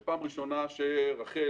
זאת פעם ראשונה שרח"ל,